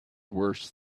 worse